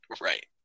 Right